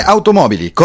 Automobili